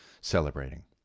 celebrating